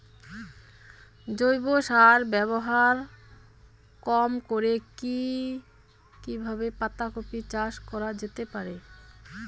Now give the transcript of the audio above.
জৈব সার ব্যবহার কম করে কি কিভাবে পাতা কপি চাষ করা যেতে পারে?